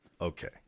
Okay